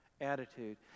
attitude